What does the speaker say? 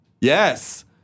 yes